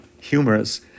humorous